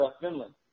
Finland